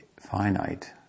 finite